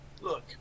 Look